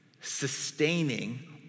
Sustaining